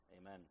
Amen